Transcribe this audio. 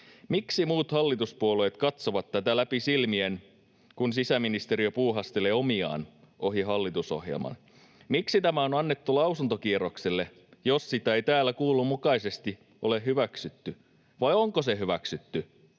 Miksi muut hallituspuolueet katsovat läpi sormien, kun sisäministeriö puuhastelee omiaan ohi hallitusohjelman? Miksi tämä on annettu lausuntokierrokselle, jos sitä ei täällä kuullun mukaisesti ole hyväksytty? Vai onko se hyväksytty?